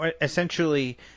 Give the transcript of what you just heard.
essentially